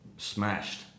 smashed